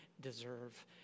deserve